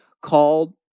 called